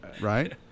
right